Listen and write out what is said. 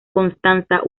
constanza